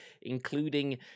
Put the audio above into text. including